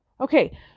Okay